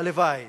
והלוואי